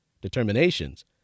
determinations